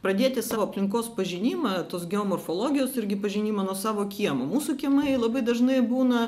pradėti savo aplinkos pažinimą tos geomorfologijos irgi pažinimą nuo savo kiemo mūsų kiemai labai dažnai būna